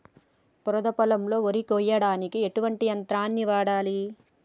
బురద పొలంలో వరి కొయ్యడానికి ఎటువంటి యంత్రాన్ని వాడాలి?